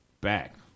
back